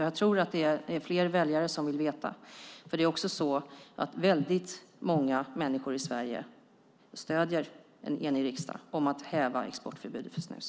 Jag tror att det är flera väljare som vill veta, för väldigt många människor stöder en enig riksdag när det gäller att häva exportförbudet för snus.